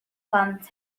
plant